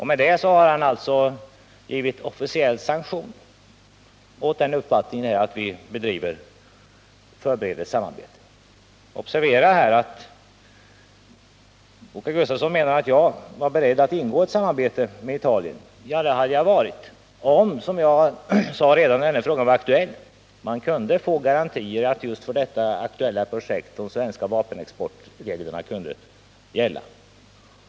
Med det har han alltså gett officiell sanktion åt uppfattningen att vi förbereder ett samarbete. Observera att Åke Gustavsson menar att jag var beredd att ingå ett samarbete med Italien. Det hade jag varit om — som jag sade redan när den här frågan var aktuell — man kunde få garantier för att, just för detta aktuella projekt, de svenska vapenexportreglerna skulle gälla.